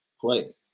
play